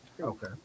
Okay